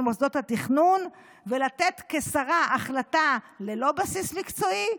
מוסדות התכנון ולתת כשרה החלטה ללא בסיס מקצועי,